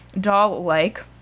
doll-like